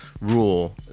rule